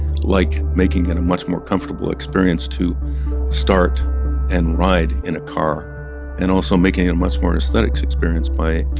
like making it a much more comfortable experience to start and ride in a car and also making it a much more aesthetic experience by,